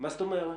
מה זאת אומרת?